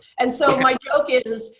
and so my joke is,